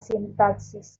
sintaxis